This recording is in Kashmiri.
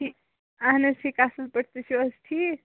اہن حظ ٹھیٖکھ اصٕل پٲٹھۍ تُہۍ چھِو حظ ٹھیٖکھ